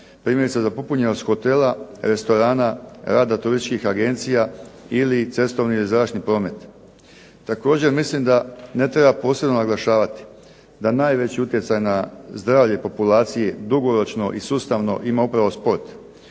primjerice za popunjenost hotela, restorana, rada turističkih agencija ili cestovni i zračni promet. Također mislim da ne treba posebno naglašavati da najveći utjecaj na zdravlje populacije dugoročno i sustavno ima upravo sport.